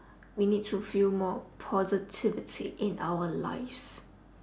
we need to feel more positivity in our lives